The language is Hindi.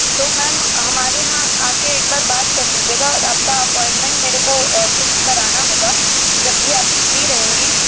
तो मेम हमारे यहाँ आ कर एक बार बात कर लीजिएगा और आपका अपॉइंटमेंट मेरे को फ़िक्स करना होगा जब भी आप फ़्री रहेंगी